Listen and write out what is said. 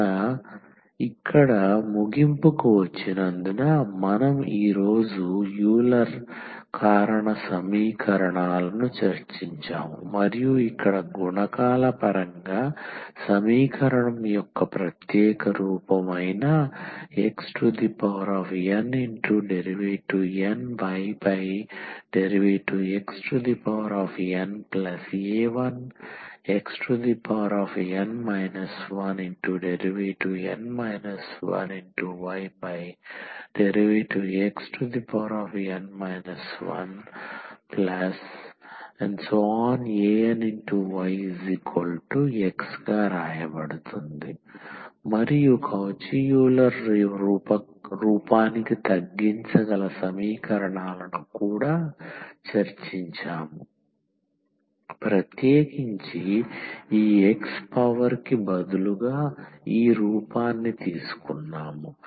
ఇక ఇక్కడ ముగింపుకు వచ్చినందున మనము ఈ రోజు యూలర్ కారణ సమీకరణాలను చర్చించాము మరియు ఇక్కడ గుణకాల పరంగా సమీకరణం యొక్క ప్రత్యేక రూపం xndnydxna1xn 1dn 1ydxn 1anyX మరియు కౌచి యూలర్ రూపానికి తగ్గించగల సమీకరణాలను కూడా చర్చించాము ప్రత్యేకించి ఈ x పవర్ కి బదులుగా ఈ రూపాన్ని తీసుకున్నాము